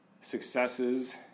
successes